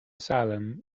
asylum